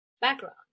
background